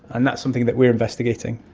and that's something that we are investigating.